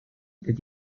this